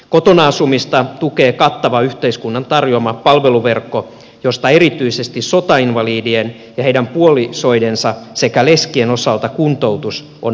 kotona asumista tukee kattava yhteiskunnan tarjoama palveluverkko josta erityisesti sotainvalidien ja heidän puolisoidensa sekä leskiensä osalta kuntoutus on merkittävä tekijä